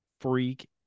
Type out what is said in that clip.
freak